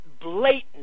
blatant